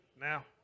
now